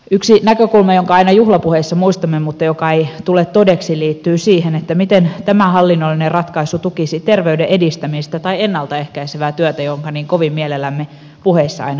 yksi näkökulma jonka aina juhlapuheissa muistamme mutta joka ei tule todeksi liittyy siihen miten tämä hallinnollinen ratkaisu tukisi terveyden edistämistä tai ennalta ehkäisevää työtä jonka niin kovin mielellämme puheissa aina muistamme